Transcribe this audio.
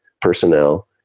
personnel